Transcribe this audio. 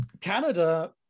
Canada